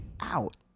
out